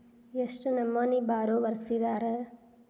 ಎಷ್ಟ್ ನಮನಿ ಬಾರೊವರ್ಸಿದಾರ?